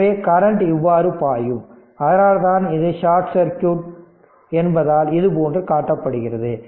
எனவே கரண்ட் இவ்வாறு பாயும் அதனால்தான் இது ஷார்ட் சர்க்யூட் என்பதால் இதுபோன்று காட்டப்படுகிறது